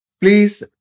Please